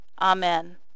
Amen